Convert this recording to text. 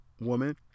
woman